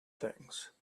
things